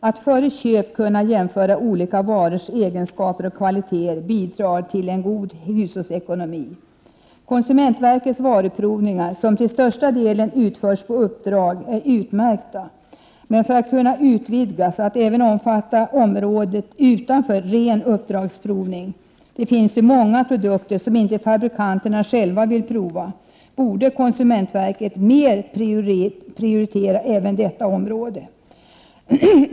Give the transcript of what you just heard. Att före köp kunna jämföra olika varors egenskaper och kvaliteter bidrar till en god hushållsekonomi. Konsumentverkets varuprovningar, som till största delen utförs på uppdrag, är utmärkta. Men för att varuprovningarna skall kunna utvidgas till att även omfatta området utanför ren uppdragsprovning — det finns ju många produkter som inte fabrikanterna själva vill prova — borde konsumentverket mer prioritera detta område.